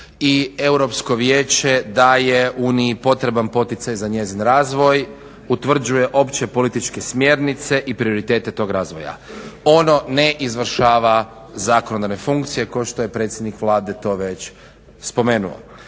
i Europsko vijeće daje uniji potreban poticaj za njezin razvoj, utvrđuje opće političke smjernice i prioritete tog razvoja. Ono ne izvršava zakonodavne funkcije kao što je predsjednik Vlade to već spomenuo.